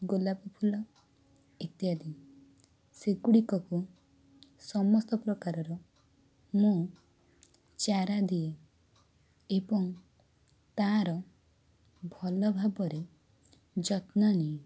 ଗୋଲାପଫୁଲ ଇତ୍ୟାଦି ସେଗୁଡ଼ିକକୁ ସମସ୍ତ ପ୍ରକାରର ମୁଁ ଚାରା ଦିଏ ଏବଂ ତା'ର ଭଲ ଭାବରେ ଯତ୍ନ ନିଏ